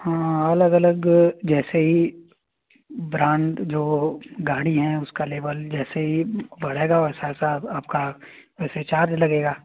हाँ अलग अलग जैसे ही ब्रांड जो गाड़ी हैं उसका लेवल जैसे ही बढ़ेगा वैसा वैसा आपका वैसे चार्ज लगेगा